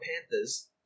panthers